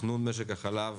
תכנון משק החלב